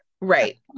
Right